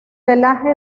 pelaje